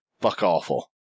fuck-awful